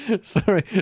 sorry